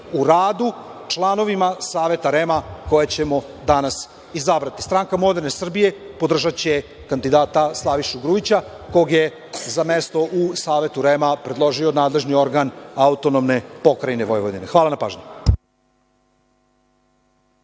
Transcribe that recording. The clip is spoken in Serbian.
u radu članovima Saveta REM koje ćemo danas izabrati. Stranka moderne Srbije podržaće kandidata Slavišu Grujića, kog je za mesto u Savetu REM predložio nadležni organ AP Vojvodine. Hvala na pažnji.